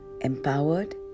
empowered